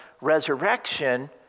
resurrection